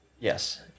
Yes